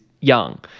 young